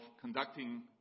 conducting